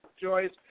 Joyce